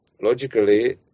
logically